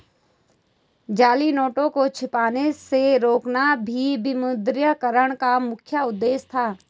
जाली नोटों को छपने से रोकना भी विमुद्रीकरण का मुख्य उद्देश्य था